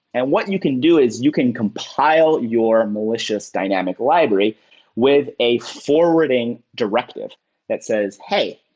and what you can do is you can compile your malicious dynamic library with a forwarding directive that says, hey,